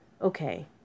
Okay